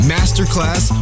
Masterclass